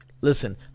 listen